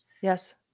Yes